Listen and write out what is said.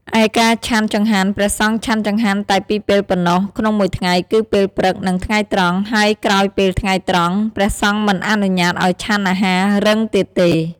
ឯការឆាន់ចង្ហាន់ ព្រះសង្ឃឆាន់ចង្ហាន់តែពីរពេលប៉ុណ្ណោះក្នុងមួយថ្ងៃ គឺពេលព្រឹក និងថ្ងៃត្រង់ ហើយក្រោយពេលថ្ងៃត្រង់ ព្រះសង្ឃមិនអនុញ្ញាតឱ្យឆាន់អាហាររឹងទៀតទេ។